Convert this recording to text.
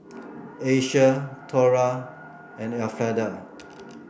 Asia Thora and Elfrieda